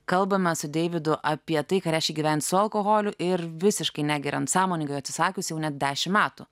kalbame su deividu apie tai ką reiškia gyvent su alkoholiu ir visiškai negeriant sąmoningai atsisakius jau net dešimt metų